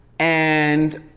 and